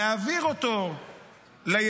להעביר אותו לילדים.